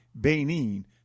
Benin